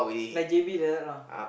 like J_B like that lah